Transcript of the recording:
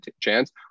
chance